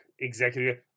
executive